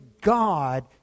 God